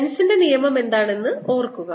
ലെൻസിന്റെ നിയമം എന്താണെന്ന് ഓർക്കുക